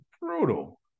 brutal